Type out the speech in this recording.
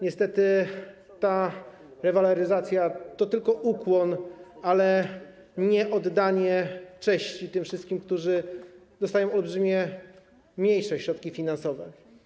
Niestety ta rewaloryzacja to tylko ukłon, ale nie oddanie czci tym wszystkim, którzy dostają w olbrzymim stopniu mniejsze środki finansowe.